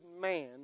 man